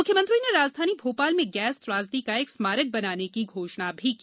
मुख्यमंत्री ने राजधानी भोपाल में गैस त्रासदी का एक स्मारक बनाने की घोषणा भी की